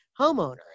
homeowner